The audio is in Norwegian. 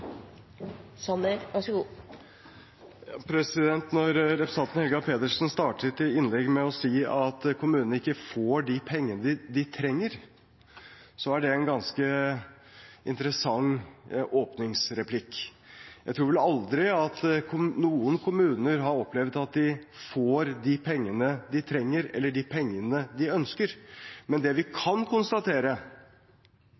Når representanten Helga Pedersen starter sitt innlegg med å si at kommunene ikke får de pengene de trenger, er det en ganske interessant åpningsreplikk. Jeg tror vel aldri at noen kommuner har opplevd at de får de pengene de trenger, eller de pengene de ønsker, men det vi